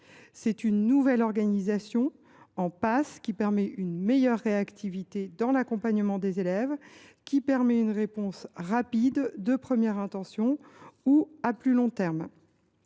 Cette nouvelle organisation en PAS permet une meilleure réactivité dans l’accompagnement des élèves, ainsi qu’une réponse rapide de première intention ou à plus long terme.